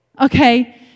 Okay